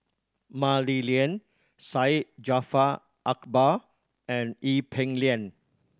Mah Li Lian Syed Jaafar Albar and Ee Peng Liang